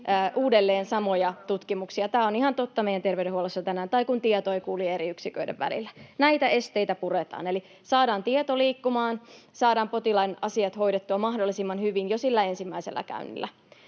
uudelleen samoja tutkimuksia — tämä on ihan totta meidän terveydenhuollossa tänään, tai se, kun tieto ei kulje eri yksiköiden välillä. Näitä esteitä puretaan, eli saadaan tieto liikkumaan ja saadaan potilaan asiat hoidettua mahdollisimman hyvin jo sillä ensimmäisellä käynnillä,